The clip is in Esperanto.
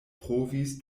provis